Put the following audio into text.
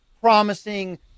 promising